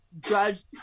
judged